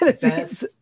Best